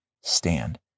stand